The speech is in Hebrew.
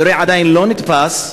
היורה עדיין לא נתפס,